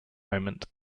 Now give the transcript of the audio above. moment